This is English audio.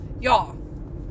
Y'all